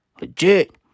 Legit